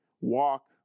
Walk